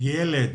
ילד